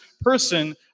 person